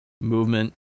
movement